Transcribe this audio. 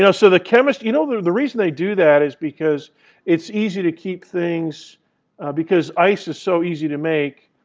you know so the chemistry you know the reason they do that is because it's easy to keep things because ice is so easy to make,